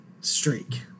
streak